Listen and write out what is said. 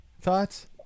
thoughts